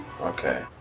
Okay